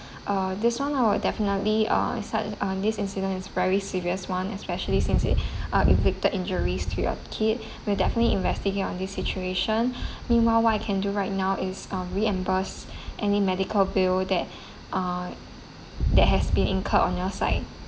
uh this one I would definitely uh is such ah this incident is very serious one especially since it ah inflicted injuries to your kid we definitely investigate on this situation meanwhile what I can do right now is um reimburse any medical bill that ah that has been incurred on your side